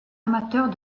amateurs